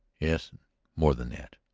yes. and more than that.